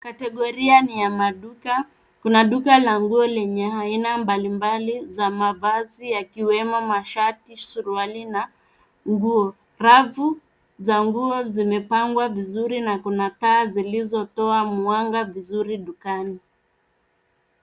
Kategoria ni ya maduka. Kuna duka la nguo lenye aina mbalimbali za mavazi yakiwemo mashati, suruali na nguo. Rafu za nguo zimepangwa vizuri na kuna taa zilizotoa mwanga vizuri dukani.